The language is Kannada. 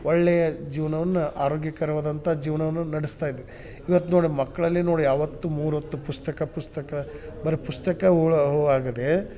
ಒಳ್ಳೆಯ ಜೀವನವನ್ನ ಆರೋಗ್ಯಕರವಾದಂಥ ಜೀವನವನ್ನ ನಡೆಸ್ತಾಯಿದ್ವಿ ಇವತ್ತು ನೋಡಿ ಮಕ್ಕಳಲ್ಲಿ ನೋಡಿ ಯಾವತ್ತು ಮೂರು ಹೊತ್ತು ಪುಸ್ತಕ ಪುಸ್ತಕ ಬರೇ ಪುಸ್ತಕ ಹುಳ ಹೂ ಆಗಿದೆ